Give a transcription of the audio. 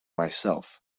myself